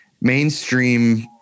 mainstream